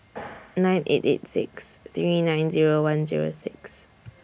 nine eight eight six three nine Zero one Zero six